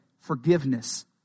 forgiveness